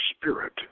spirit